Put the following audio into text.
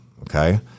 Okay